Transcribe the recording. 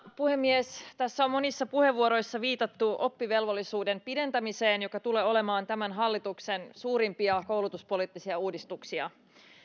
puhemies tässä on monissa puheenvuoroissa viitattu oppivelvollisuuden pidentämiseen joka tulee olemaan tämän hallituksen suurimpia koulutuspoliittisia uudistuksia